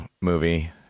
movie